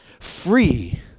Free